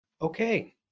okay